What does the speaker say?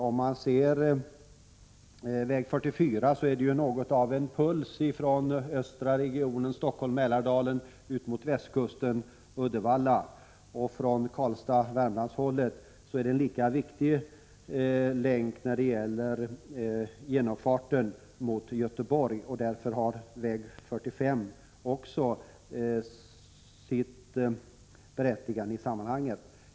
Riksväg 44 är ju att betrakta som något av en puls från östra regionen, dvs. Stockholm och Mälardalen, ut mot västkusten och Uddevalla. Från Karlstad och Värmland är vägen en lika viktig länk när det gäller genomfarten mot Göteborg. Därför har också väg 45 sitt berättigande i detta sammanhang.